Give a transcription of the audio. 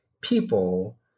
people